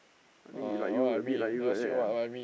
I think he like you abit like you like that ah